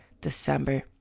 December